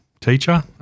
teacher